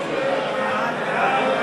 של קבוצת סיעת מרצ,